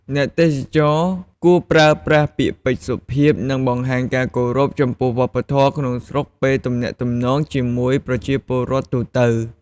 អ្នកទេសចរគួរប្រើប្រាស់ពាក្យពេចន៍សុភាព និងបង្ហាញការគោរពចំពោះវប្បធម៌ក្នុងស្រុកពេលទំនាក់ទំនងជាមួយប្រជាពលរដ្ឋទូទៅ។